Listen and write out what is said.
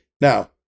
Now